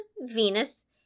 Venus